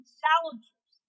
challengers